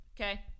Okay